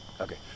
okay